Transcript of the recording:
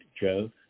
Joe